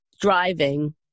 driving